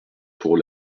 pour